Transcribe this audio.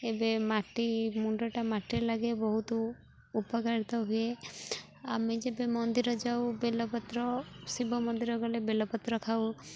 ଏବେ ମାଟି ମୁଣ୍ଡଟା ମାଟିରେ ଲାଗେ ବହୁତ ଉପକାରିତ ହୁଏ ଆମେ ଯେବେ ମନ୍ଦିର ଯାଉ ବେଲପତ୍ର ଶିବ ମନ୍ଦିର ଗଲେ ବେଲପତ୍ର ଖାଉ